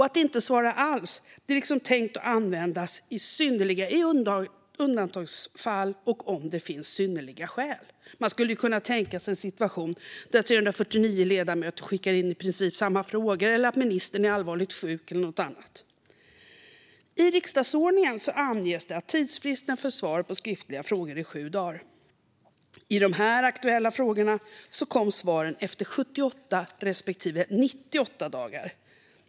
Att inte svara alls är bara tänkt för undantagsfall och om det finns synnerliga skäl, till exempel om 349 ledamöter ställer i princip samma fråga eller att ministern är allvarligt sjuk. I riksdagsordningen anges att tidsfristen för svar på skriftliga frågor är sju dagar. I de aktuella fallen kom svaren efter 78 respektive 98 dagar.